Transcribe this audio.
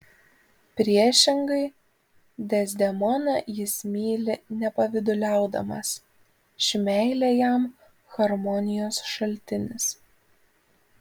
priešingai dezdemoną jis myli nepavyduliaudamas ši meilė jam harmonijos šaltinis